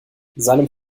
seinem